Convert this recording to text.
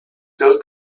still